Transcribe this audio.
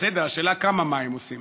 בסדר, השאלה כמה מים עושים.